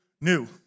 new